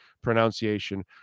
pronunciation